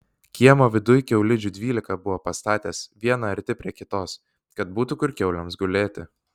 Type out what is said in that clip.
kiemo viduj kiaulidžių dvylika buvo pastatęs vieną arti prie kitos kad būtų kur kiaulėms gulėti